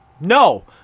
No